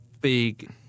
big